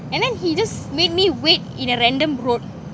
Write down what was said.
and then he just made me wait in a random road